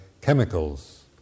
chemicals